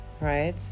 right